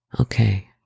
Okay